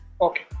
Okay